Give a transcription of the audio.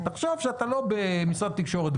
תחשוב שאתה לא במשרד התקשורת,